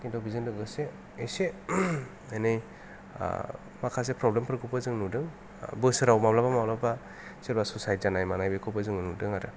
खिन्थु बेजों लोगोसे एसे एनैया माखासे फ्रब्लेमफोरखौबो जों नुदों बोसोराव माब्लाबा माब्लाबा सोरबा सुसाइत जानाय मानाय बेखौबो जों नुदों आरो